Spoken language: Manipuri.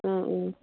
ꯑꯥ ꯑꯥ